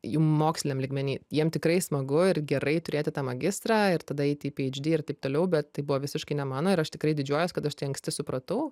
moksliniam lygmeny jiems tikrai smagu ir gerai turėti tą magistrą ir tada eiti į phd ir taip toliau bet tai buvo visiškai ne mano ir aš tikrai didžiuojuos kad aš tai anksti supratau